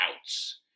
outs